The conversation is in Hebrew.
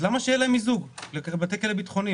למה שיהיה להם מיזוג, לבתי כלא ביטחוניים?